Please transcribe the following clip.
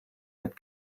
had